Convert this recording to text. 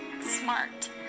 smart